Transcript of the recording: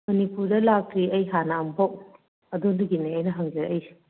ꯃꯅꯤꯄꯨꯔꯗ ꯂꯥꯛꯇ꯭ꯔꯤ ꯑꯩ ꯍꯥꯟꯅ ꯑꯃꯨꯛꯐꯥꯎ ꯑꯗꯨꯗꯨꯒꯤꯅꯦ ꯑꯩꯅ ꯍꯪꯖꯔꯛꯏꯁꯦ